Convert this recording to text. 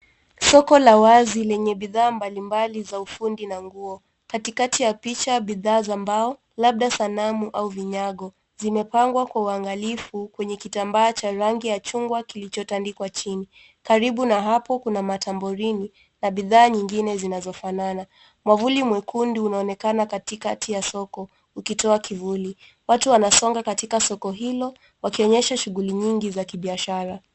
Soko la wazi lenye bidhaa mbalimbali za ufundi na nguo. Katikati ya picha bidhaa za mbao labda sanamu au vinyagoz imepangwa kwa uangalifu kwenye kitambaa cha rangi ya chungwa kilichotandikwa chini. Karibu na hapo kuna mataborini na bidhaa zingine zinazofanana. Mwavuli mwekundu unaonekana katikati ya soko ukitoa kivuli. Watu wanasonga katika soko hilo wakionyesha shughuli nyingi za kibiashara.